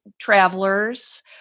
travelers